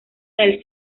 del